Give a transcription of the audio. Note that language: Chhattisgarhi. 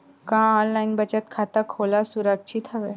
का ऑनलाइन बचत खाता खोला सुरक्षित हवय?